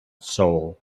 soul